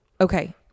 Okay